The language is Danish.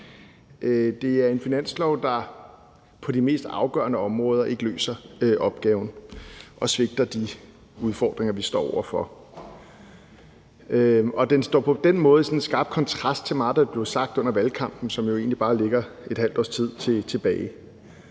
Det er en finanslov, der på de mest afgørende områder ikke løser opgaven og svigter de udfordringer, vi står over for. Og den står på den måde i skarp kontrast til meget, der er blevet sagt under valgkampen, som jo egentlig bare ligger et halvt års tid tilbage.